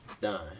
done